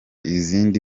izindi